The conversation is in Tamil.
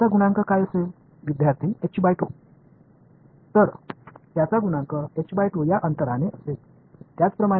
எனவே இதை நான் இங்கு விரும்பினால் எனவே இங்கே முதல் பிரிவுக்கு இது என்னவாக இருக்கும் என்று நீங்கள் நினைக்கிறீர்கள்